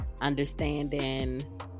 understanding